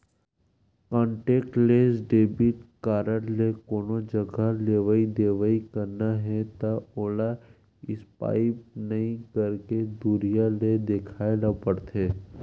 contactless debit card ले कोनो जघा लेवइ देवइ करना हे त ओला स्पाइप नइ करके दुरिहा ले देखाए ल परथे